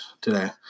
today